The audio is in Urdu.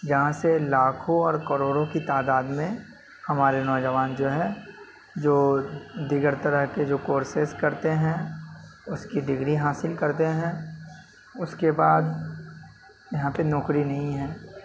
جہاں سے لاکھوں اور کروڑوں کی تعداد میں ہمارے نوجوان جو ہیں جو دیگر طرح کے جو کورسز کرتے ہیں اس کی ڈگری حاصل کرتے ہیں اس کے بعد یہاں پہ نوکری نہیں ہیں